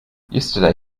yesterday